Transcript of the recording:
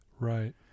Right